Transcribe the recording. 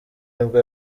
nibwo